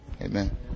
Amen